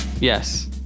yes